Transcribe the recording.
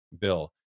bill